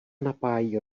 napájí